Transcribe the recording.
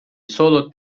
solo